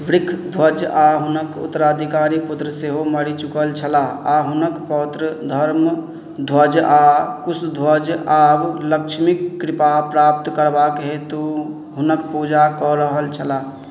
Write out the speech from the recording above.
बृखध्वज आओर हुनक उत्तराधिकारी पुत्र सेहो मरि चुकल छलाह आओर हुनक पौत्र धर्मध्वज आओर कुश्वध्वज आरुढ लक्ष्मीक कृपा प्राप्त करबाक हेतु हुनक पूजा कऽ रहल छलाह